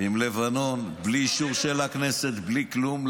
עם לבנון בלי אישור של הכנסת, בלי כלום.